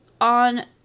on